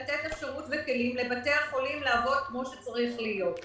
גם לתת אפשרות וכלים לבתי החולים לעבוד כמו שצריך להיות.